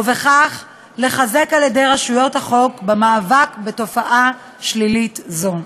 ובכך לחזק את ידי רשויות החוק במאבק בתופעה שלילית זו.